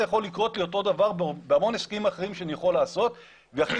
יכול לקרות אותו דבר בהמון הסכמים אחרים שאני יכול לעשות ויחליטו,